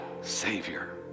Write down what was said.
Savior